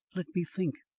let me think.